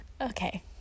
Okay